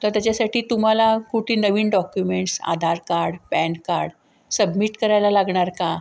तर त्याच्यासाठी तुम्हाला कुठे नवीन documents Aadhaar card PAN card submit करायला लागणार का